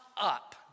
up